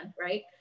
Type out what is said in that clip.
right